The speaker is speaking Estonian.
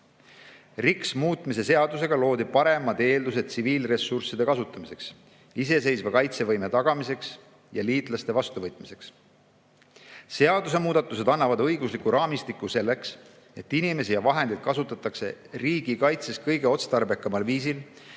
RiKS‑i muutmise seadusega loodi paremad eeldused tsiviilressursside kasutamiseks, iseseisva kaitsevõime tagamiseks ja liitlaste vastuvõtmiseks. Seadusemuudatused annavad õigusliku raamistiku selleks, et inimesi ja vahendeid kasutataks riigikaitses kõige otstarbekamal viisil,